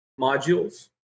modules